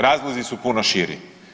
Razlozi su puno širi.